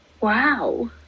wow